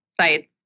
sites